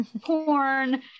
porn